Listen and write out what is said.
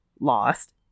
lost